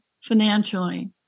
financially